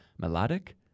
melodic